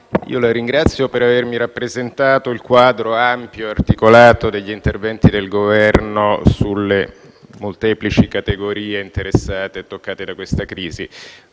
per la risposta e per avermi rappresentato il quadro ampio e articolato degli interventi del Governo sulle molteplici categorie interessate e toccate da questa crisi.